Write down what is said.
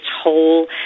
whole